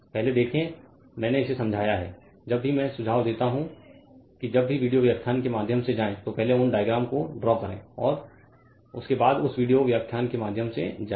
पहले देखें मैंने इसे समझाया है जब भी मैं सुझाव देता हूं कि जब भी वीडियो व्याख्यान के माध्यम से जाएं तो पहले उन डायग्राम को ड्रा करें और उसके बाद बस उस वीडियो व्याख्यान के माध्यम से जाएं